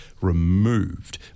removed